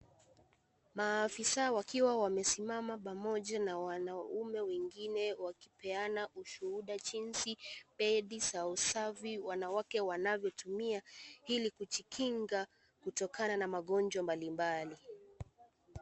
Maafisa wakiwa wamesimama pamoja na wanaume wengine wakipeana ushuhuda jinsi bendi za usafi wanawake wanavyotumia ilikujikinga kutokana na magonjwa mbalimbali.